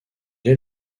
est